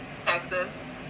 Texas